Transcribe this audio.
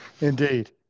Indeed